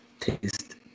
Taste